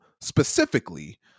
specifically